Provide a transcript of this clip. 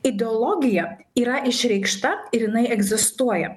ideologija yra išreikšta ir jinai egzistuoja